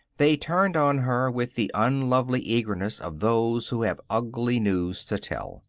they turned on her with the unlovely eagerness of those who have ugly news to tell.